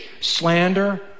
slander